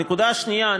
הנקודה השנייה,